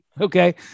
Okay